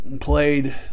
played